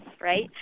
right